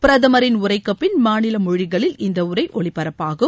பிரதமரின் உரைக்குப்பின் மாநில மொழிகளில் இந்த உரை ஒலிபரப்பாகும்